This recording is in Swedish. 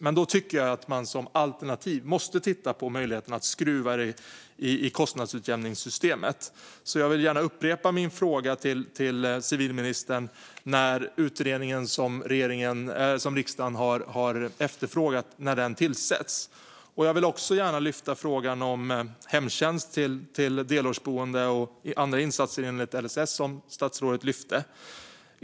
Men då tycker jag att man som alternativ måste titta på möjligheten att skruva in detta i kostnadsutjämningssystemet. Jag vill gärna upprepa min fråga till civilministern. När ska den utredning som riksdagen har efterfrågat tillsättas? Jag vill också lyfta fram frågan om hemtjänst till delårsboende och andra insatser enligt LSS, som statsrådet lyfte upp.